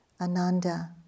Ananda